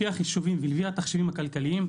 לפי החישובים ולפי התחשיבים הכלכליים,